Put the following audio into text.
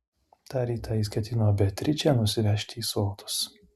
tą rytą jis ketino beatričę nusivežti į sodus